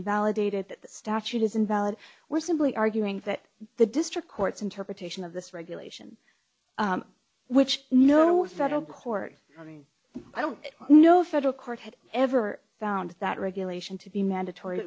invalidated that the statute is invalid we're simply arguing that the district court's interpretation of this regulation which no federal court i mean i don't know federal court had ever found that regulation to be mandatory